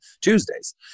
Tuesdays